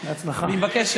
אני מבקש,